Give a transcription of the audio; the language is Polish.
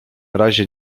razie